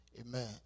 Amen